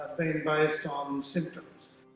based on symptoms.